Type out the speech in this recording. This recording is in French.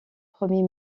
premier